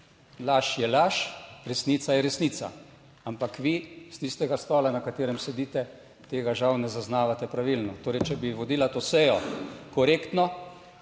laž je laž, resnica je resnica, ampak vi s tistega stola, na katerem sedite, tega žal ne zaznavate pravilno. Torej, če bi vodila to sejo korektno,